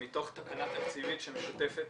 זה מתוך תקנה תקציבית שמשותפת